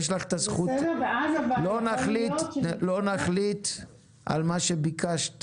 לא נחליט על מה שביקשת